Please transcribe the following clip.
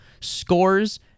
scores